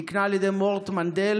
ונקנה על ידי מורט מנדל.